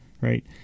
right